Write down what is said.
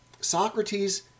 Socrates